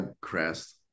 Crest